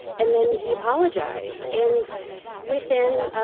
and then he apologized. and within,